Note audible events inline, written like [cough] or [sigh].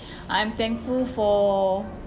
[breath] I'm thankful for